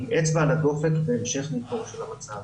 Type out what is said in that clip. עם אצבע על הדופק והמשך ניטור של המצב.